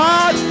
God